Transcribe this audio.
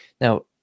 Now